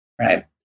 right